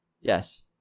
Yes